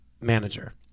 manager